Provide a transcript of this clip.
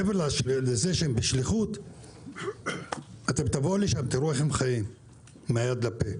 מעבר לזה שהם בשליחות תבואו לשם ותראו איך הם חיים מהיד לפה.